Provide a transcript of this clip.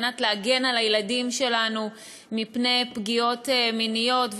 להגן על הילדים שלנו מפני פגיעות מיניות,